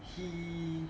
he